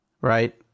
Right